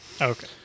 Okay